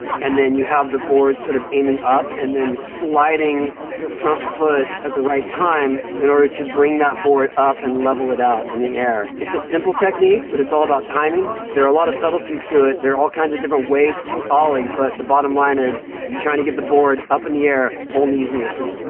and then you have the board sort of aiming up and then sliding your front foot at the right time in order to bring that board up and level it out in the air. it's a simple technique, but it's all about timing. there are a lot of subtleties to it. there are all kinds of different ways to ollie, but the bottom line is you're trying to get the board up in the air only using your feet.